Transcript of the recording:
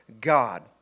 God